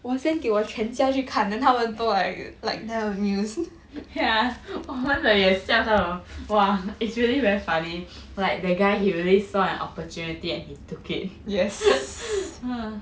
yeah 我们也笑到 !wah! it's really very funny like the guy he really saw an opportunity and he took it